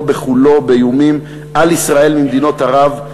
ככולו באיומים על ישראל ממדינות ערב,